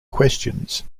questions